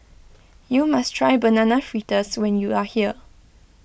you must try Banana Fritters when you are here